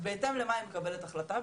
בהתאם למה היא מקבלת את ההחלטה?